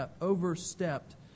overstepped